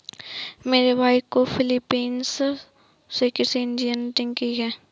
मेरे भाई ने फिलीपींस से कृषि इंजीनियरिंग की है